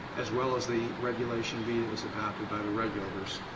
as well as the regulation b that was adopted by the regulators.